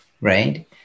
right